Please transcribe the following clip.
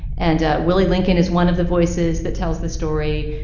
and willie lincoln is one of the voices that tells the story.